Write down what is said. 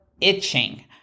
itching